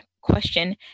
question